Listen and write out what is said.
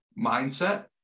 mindset